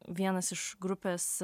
vienas iš grupės